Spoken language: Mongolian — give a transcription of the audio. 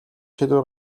шийдвэр